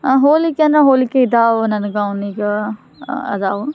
ಹೋಲಿಕೆ ಅಂದ್ರೆ ಹೋಲಿಕೆ ಇದಾವೆ ನನ್ಗೆ ಅವ್ನಿಗೆ ಅದಾವ